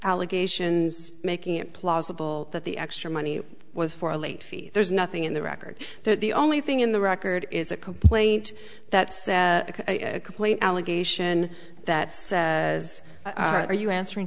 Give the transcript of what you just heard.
allegations making it plausible that the extra money was for a late fee there's nothing in the record that the only thing in the record is a complaint that says a complaint allegation that says are you answering